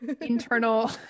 internal